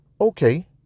okay